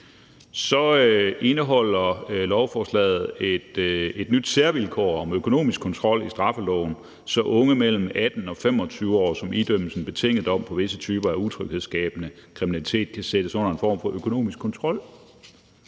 Så indeholder lovforslaget et nyt særvilkår om økonomisk kontrol i straffeloven, så unge mellem 18 og 25 år, som idømmes en betinget dom for visse typer af utryghedsskabende kriminalitet, kan sættes under en form for økonomisk kontrol,